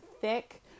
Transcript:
thick